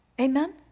Amen